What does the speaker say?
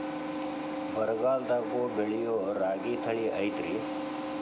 ಬರಗಾಲದಾಗೂ ಬೆಳಿಯೋ ರಾಗಿ ತಳಿ ಐತ್ರಿ?